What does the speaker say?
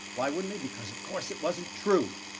why wouldn't he? because of course, it wasn't true